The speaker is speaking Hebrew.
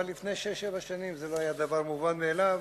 לפני שש-שבע שנים זה לא היה דבר מובן מאליו,